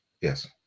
Yes